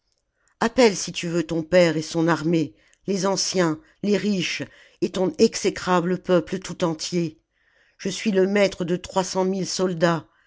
appelle si tu veux ton père et son armée les anciens les riches et ton exécrable peuple tout entier je suis le maître de trois cent mille soldats